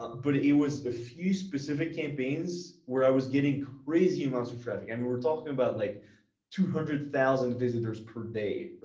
but it was a few specific campaigns where i was getting crazy amounts of traffic and we were talking about like two hundred thousand visitors per day.